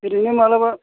ओरैनो माब्लाबा